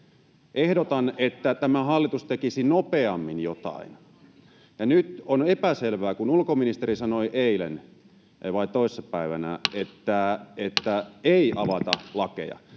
Ehdotan, että tämä hallitus tekisi nopeammin jotain. Nyt on epäselvää, kun ulkoministeri sanoi eilen — vai toissa päivänä? — että ei avata lakeja,